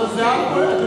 אבל זה חלק משמעותי.